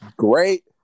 Great